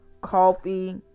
coffee